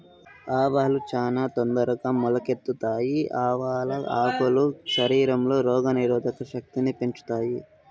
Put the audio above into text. ఆవాలు చానా తొందరగా మొలకెత్తుతాయి, ఆవాల ఆకులు శరీరంలో రోగ నిరోధక శక్తిని పెంచుతాయి